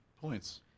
points